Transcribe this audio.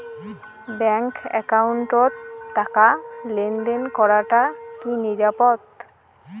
Bank একাউন্টত টাকা লেনদেন করাটা কি নিরাপদ?